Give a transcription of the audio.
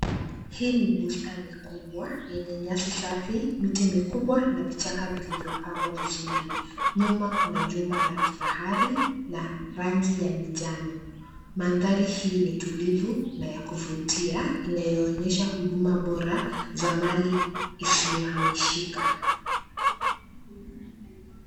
Hii ni bustani kubwa yenye nyasi safi, miti mikubwa na vichaka vilivyopangwa vizuri. Nyuma kuna jumba la kifahari la rangi ya mijano . Mandhari hii ni tulivu na ya kuvutia, inayoonyesha huduma bora za mali isiyohamishika.